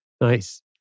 Nice